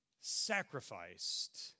sacrificed